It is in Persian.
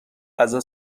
غذا